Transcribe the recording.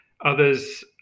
Others